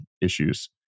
issues